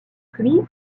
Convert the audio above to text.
pluies